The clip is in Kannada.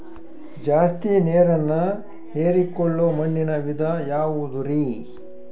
ಜಾಸ್ತಿ ನೇರನ್ನ ಹೇರಿಕೊಳ್ಳೊ ಮಣ್ಣಿನ ವಿಧ ಯಾವುದುರಿ?